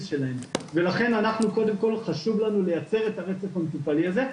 שלהן ולכן אנחנו קודם כל חשוב לנו לייצר את הרצף הטיפולי הזה,